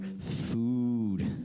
food